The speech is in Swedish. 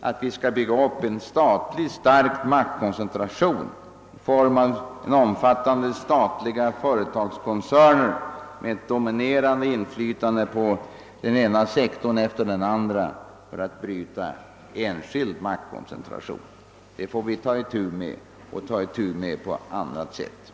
att vi skall bygga upp en statlig stark maktkoncentration i form av omfattande statliga företagskoncerner med ett dominerande inflytande på den ena sektorn efter den andra. Om vi vill bryta enskild maktkoncentration, får vi ta itu med den uppgiften på annat sätt.